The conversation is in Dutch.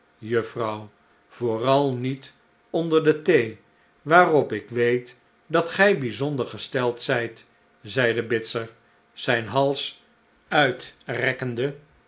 juffrouw vooral niet onder de thee waarop ik weet dat gij bijzonder gesteld zijt zeide bitzer zijn hals uitrekkende